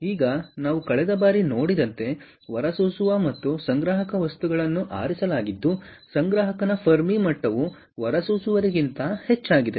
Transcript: ಈಗ ನಾವು ಕಳೆದ ಬಾರಿ ನೋಡಿದಂತೆ ಹೊರಸೂಸುವವ ಮತ್ತು ಸಂಗ್ರಾಹಕ ವಸ್ತುಗಳನ್ನು ಆರಿಸಲಾಗಿದ್ದು ಸಂಗ್ರಾಹಕನ ಫೆರ್ಮಿ ಮಟ್ಟವು ಹೊರಸೂಸುವವರಿಗಿಂತ ಹೆಚ್ಚಾಗಿದೆ